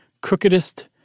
crookedest